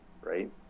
right